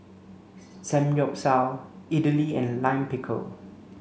Samgyeopsal Idili and Lime Pickle